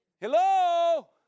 Hello